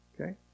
Okay